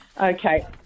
Okay